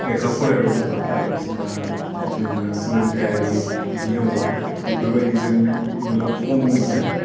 लेखा फरायग्राल नङा बायदिसिना जोङो सोलोंथाइयारि बिदि दङ बिफोरबायदि जों नुनो खम मोनो